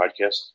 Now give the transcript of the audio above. Podcast